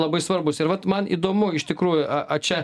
labai svarbūs ir vat man įdomu iš tikrųjų a aš čia